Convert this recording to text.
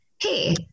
Hey